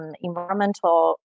Environmental